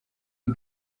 iyi